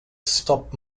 stop